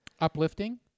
Uplifting